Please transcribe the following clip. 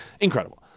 Incredible